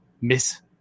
Miss